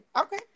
Okay